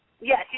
Yes